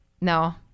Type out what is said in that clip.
No